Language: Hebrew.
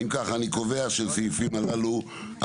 הצבעה אושר אם כך אני קובע שהסעיפים הללו עברו.